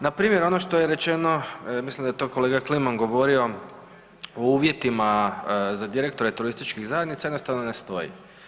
Na primjer ono što je rečeno mislim da je to kolega Kliman govorio o uvjetima za direktore turističkih zajednica jednostavno ne stoji.